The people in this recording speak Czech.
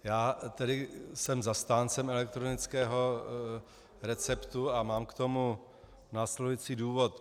Já jsem zastáncem elektronického receptu a mám k tomu následující důvod.